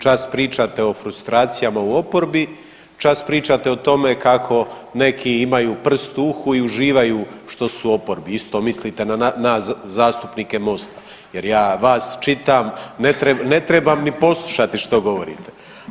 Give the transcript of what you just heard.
Čast pričate o frustracijama u oporbi, čas pričate o tome kako neki imaju prst u uhu i uživaju što su u oporbi, isto mislite na nas zastupnike MOST-a jer ja vas čitam ne trebam ni poslušati što govorite.